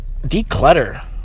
declutter